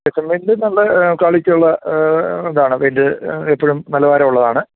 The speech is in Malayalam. ഏഷ്യൻ പെയിൻറ് നല്ല ക്വാളിറ്റി ഉള്ള ഇതാണ് പെയിൻറ് എപ്പോഴും നിലവാരമുള്ളതാണ്